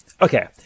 Okay